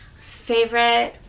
Favorite